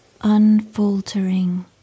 unfaltering